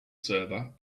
server